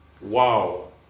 Wow